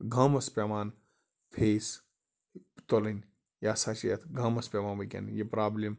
گامَس پٮ۪وان فیس تُلٕنۍ یہِ ہَسا چھِ یَتھ گامَس پٮ۪وان وٕنۍکٮ۪ن یہِ پرٛابلِم